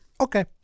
Okay